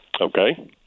Okay